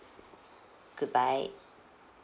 goodbye